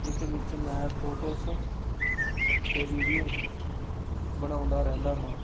ਜਿਸ ਵਿੱਚ ਮੈਂ ਫੋਟੋਸ ਅਤੇ ਵੀਡੀਓਸ ਬਣਾਉਂਦਾ ਰਹਿੰਦਾ ਹਾਂ